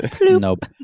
nope